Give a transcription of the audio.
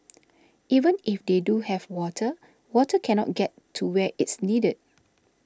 even if they do have water water cannot get to where it's needed